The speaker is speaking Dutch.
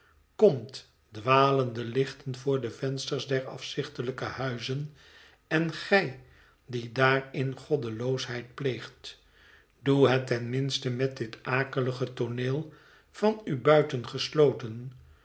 komt dwalende lichten voor de vensters der afzichtelijke huizen en gij die daarin goddeloosheid pleegt doe het ten minste met dit akelige tooneel van u